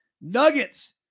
nuggets